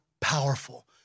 powerful